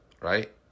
Right